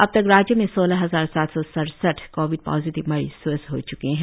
अब तक राज्य में सोलह हजार सात सौ सड़सठ कोविड पॉजिटिव मरीज स्वस्थ हो चूके है